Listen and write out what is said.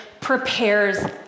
prepares